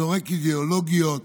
זורק אידיאולוגיות,